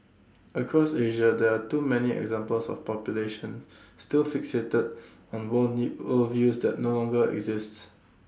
across Asia there are too many examples of populations still fixated on world new worldviews that no longer exists